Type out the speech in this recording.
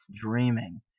Dreaming